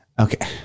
Okay